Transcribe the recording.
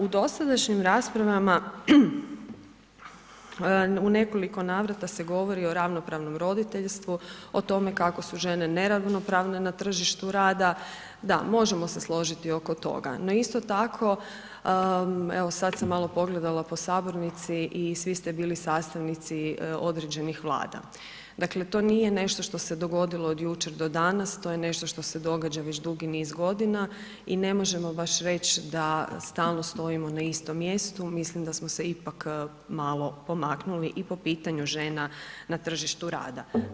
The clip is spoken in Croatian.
U dosadašnjim raspravama u nekoliko navrata se govori o ravnopravnom roditeljstvu, o tome kako su žene neravnopravne na tržištu rada, da, možemo se složiti oko toga, no isto tako evo sad sam malo pogledala po sabornici i svi ste bili sastavnici određenih Vlada, dakle, to nije nešto što se dogodilo od jučer do danas, to je nešto što se događa već dugi niz godina i ne možemo baš reć da stalno stojimo na istom mjestu, mislim da smo se ipak malo pomaknuli i po pitanju žena na tržištu rada.